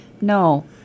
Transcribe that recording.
No